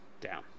down